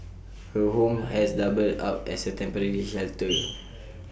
her home has doubled up as A temporary shelter